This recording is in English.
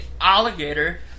alligator